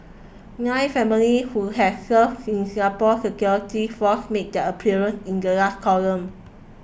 nine families who have served in Singapore's security forces made their appearance in the last column